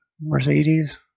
mercedes